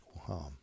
harm